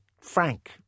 Frank